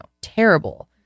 terrible